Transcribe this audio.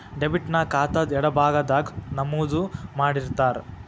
debit ನ ಖಾತಾದ್ ಎಡಭಾಗದಾಗ್ ನಮೂದು ಮಾಡಿರ್ತಾರ